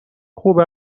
خوب